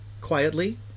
quietly